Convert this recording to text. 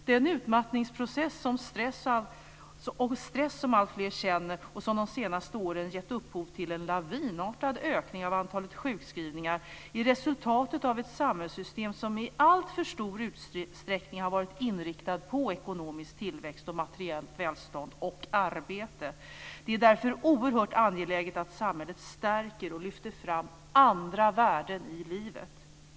Den utmattningsprocess och stress som alltfler känner och som de senaste åren gett upphov till en lavinartad ökning av antalet sjukskrivningar är resultatet av ett samhällssystem som i alltför stor utsträckning har varit inriktad på ekonomisk tillväxt, materiellt välstånd och arbete. Det är därför oerhört angeläget att samhället stärker och lyfter fram andra värden i livet.